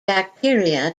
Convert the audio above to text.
bacteria